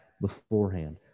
beforehand